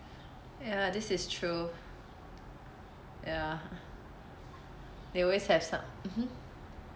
ya this is true ya they always have some